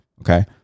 Okay